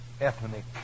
ethnic